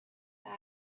that